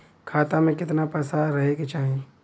खाता में कितना पैसा रहे के चाही?